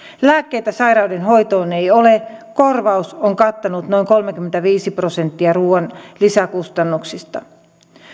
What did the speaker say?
lääkkeitä sairauden hoitoon ei ole korvaus on kattanut noin kolmekymmentäviisi prosenttia ruoan lisäkustannuksista